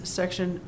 section